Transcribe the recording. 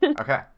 Okay